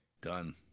done